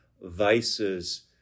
vices